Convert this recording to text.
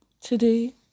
today